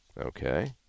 Okay